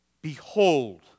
Behold